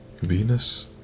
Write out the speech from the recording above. Venus